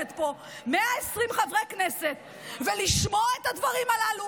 פה 120 חברי כנסת ולשמוע את הדברים הללו